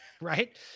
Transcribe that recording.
right